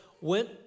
went